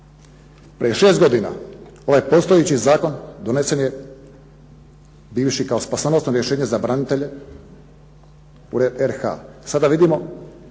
Prije šest godina ovaj postojeći zakon donesen je bivši kao spasonosno rješenje za branitelje u RH.